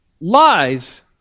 lies